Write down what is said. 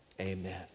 amen